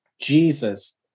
Jesus